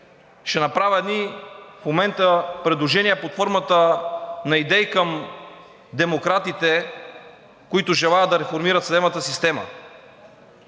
ще направя в момента едни предложения под формата на идеи към Демократите, които желаят да реформират съдебната система.